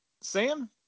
Sam